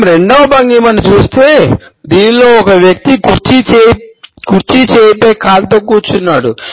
మనం రెండవ భంగిమను చూస్తే దీనిలో ఒక వ్యక్తి కుర్చీ చేయిపై కాలుతో కూర్చున్నాడు